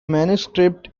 manuscript